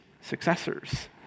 successors